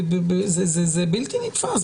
זה בלתי נתפס.